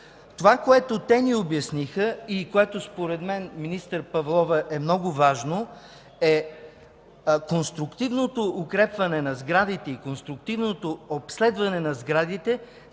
Това, което те ни обясниха и което според мен, министър Павлова, е много важно, е конструктивното укрепване и конструктивното обследване на сградите